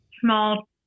small